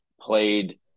played